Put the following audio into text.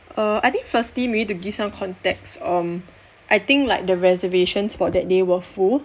err I think firstly maybe to give some context um I think like the reservations for that day were full